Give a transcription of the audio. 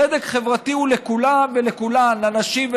צדק חברתי הוא לכולם ולכולן: לנשים,